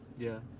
yeah.